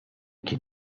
kien